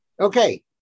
Okay